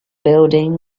building